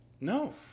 No